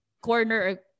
corner